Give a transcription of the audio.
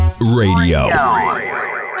Radio